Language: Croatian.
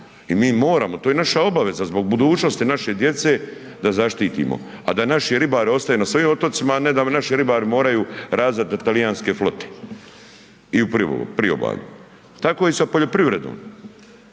i mi moramo, to je naša obaveza zbog budućnosti naše djece da zaštitimo a da naši ribari ostaju na svojim otocima a ne da naši ribari moraju radit za talijanske flote i u priobalju. Tako i sa poljoprivredom.